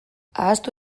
ahaztu